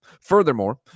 Furthermore